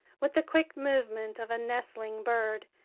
with the quick movement of a nestling bird,